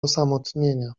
osamotnienia